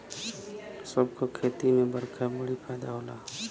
सब क खेती में बरखा बड़ी फायदा होला